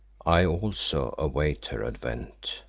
i also await her advent,